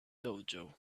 dojo